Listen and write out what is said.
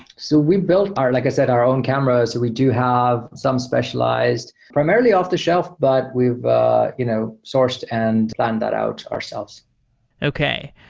so we built, like i said, our own cameras. and we do have some specialized primarily off-the-shelf, but we've you know sourced and planned that out ourselves okay.